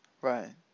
Right